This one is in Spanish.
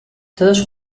todos